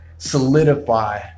solidify